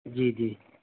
جی جی